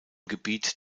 gebiet